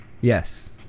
yes